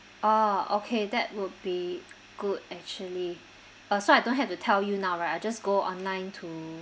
ah okay that would be good actually uh so I don't have to tell you now right I just go online to